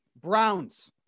Browns